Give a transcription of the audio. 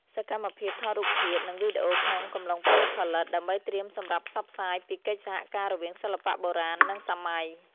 សកម្មភាពថតរូបភាព និងវីដេអូក្នុងកំឡុងពេលផលិត ដើម្បីត្រៀមសម្រាប់ផ្សព្វផ្សាយពីកិច្ចសហការរវាងសិល្បៈបុរាណ និងសម័យ។